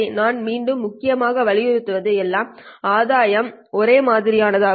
நான் மீண்டும் முக்கியமாக வலியுறுத்துவது எல்லா ஆதாயம் ஒரே மாதிரியானவை ஆகும்